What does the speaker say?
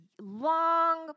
long